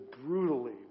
brutally